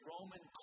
Roman